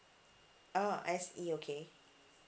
ah S_E okay